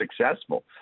successful